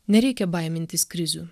nereikia baimintis krizių